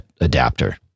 adapter